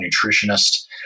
nutritionist